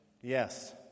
Yes